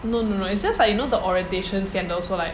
no no no it's just like you know the orientation scandals so like